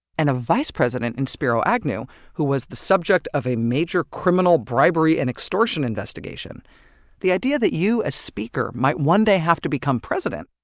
and a vice president in spiro agnew who was the subject of a major criminal bribery-and-extortion investigation the idea that you, as speaker, might one day have to become president,